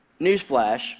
newsflash